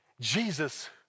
Jesus